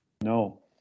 No